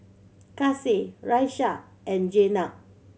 Kasih Raisya and Jenab